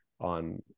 on